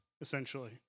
essentially